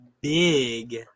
big